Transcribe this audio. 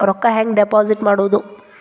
ರೊಕ್ಕ ಹೆಂಗೆ ಡಿಪಾಸಿಟ್ ಮಾಡುವುದು?